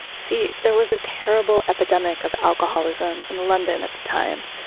see, there was a terrible epidemic of alcoholism in london at the time,